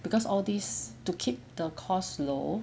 because all this to keep the costs low